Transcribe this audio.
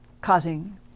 causing